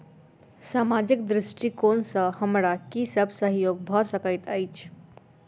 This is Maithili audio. सामाजिक दृष्टिकोण सँ हमरा की सब सहयोग भऽ सकैत अछि?